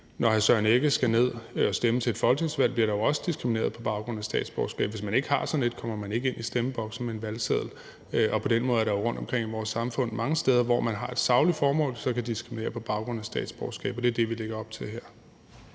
Rasmussen skal ned at stemme til et folketingsvalg, bliver der jo også diskrimineret på baggrund af statsborgerskab – hvis man ikke har sådan et, kommer man ikke ind i stemmeboksen med en valgseddel. Og på den måde er der jo rundtomkring i vores samfund mange steder, hvor man har et sagligt formål, og hvor man så kan diskriminere på baggrund af statsborgerskab, og det er det, vi lægger op til her.